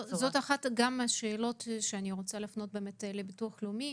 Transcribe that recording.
זאת אחת השאלות שאני רוצה להפנות לביטוח לאומי.